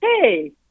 hey